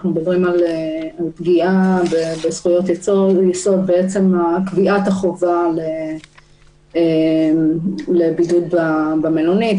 אנחנו מדברים על פגיעה בזכויות יסוד בעצם קביעת החובה לבידוד במלונית.